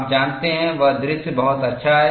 आप जानते हैं वह दृश्य बहुत अच्छा है